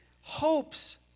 hopes